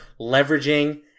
leveraging